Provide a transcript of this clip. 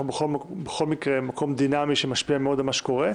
אנחנו בכל מקרה מקום דינמי שמשפיע מאוד על מה שקורה.